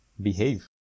behave